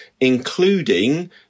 including